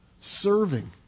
serving